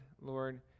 Lord